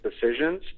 decisions